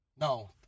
No